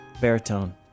Baritone